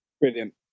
Brilliant